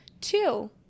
Two